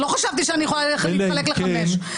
לא חשבתי שאני יכולה להתחלק לחמישה.